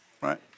Right